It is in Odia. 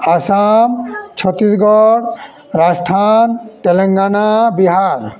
ଆସାମ ଛତିଶଗଡ଼ ରାଜସ୍ଥାନ ତେଲେଙ୍ଗାନା ବିହାର